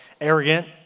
arrogant